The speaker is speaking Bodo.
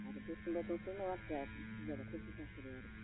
आरो दसजनबा दस आरो मानसिया बुरजाबाथाय बुरजा होबाय आरो जों दा